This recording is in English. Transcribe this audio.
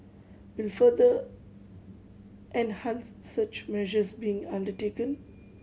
will further enhance such measures being undertaken